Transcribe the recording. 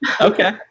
Okay